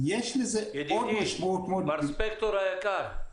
מר ספקטור היקר,